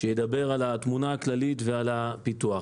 שידבר על התמונה הכללית ועל הפיתוח.